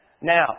Now